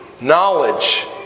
knowledge